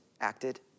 acted